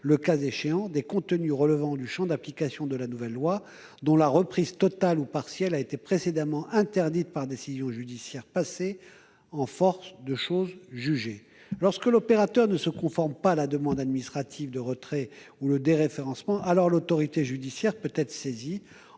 le cas échéant, des contenus relevant du champ d'application de la nouvelle loi dont la reprise totale ou partielle a été précédemment interdite par décision judiciaire passée en force de chose jugée. Lorsque l'opérateur ne se conforme pas à la demande administrative de retrait ou de déréférencement, l'autorité judiciaire peut être saisie